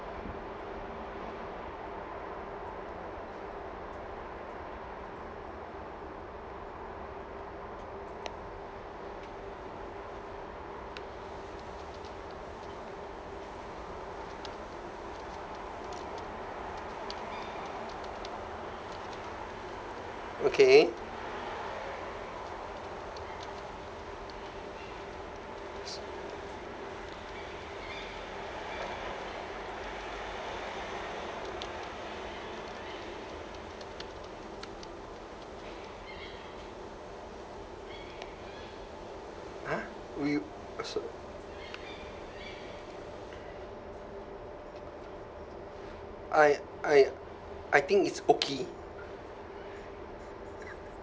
okay !huh! oh you oh so I I I think it's okay